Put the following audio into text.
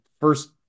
first